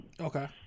Okay